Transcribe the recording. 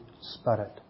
Spirit